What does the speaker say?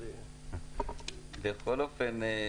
בכל אופן,